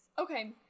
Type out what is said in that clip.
okay